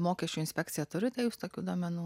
mokesčių inspekcija turite jūs tokių duomenų